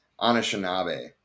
Anishinaabe